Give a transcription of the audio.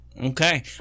Okay